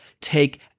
take